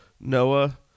Noah